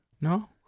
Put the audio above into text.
no